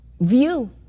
view